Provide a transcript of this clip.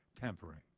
tampering